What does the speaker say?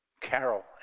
Carol